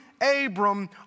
Abram